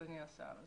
אדוני השר.